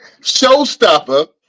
showstopper